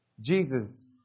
Jesus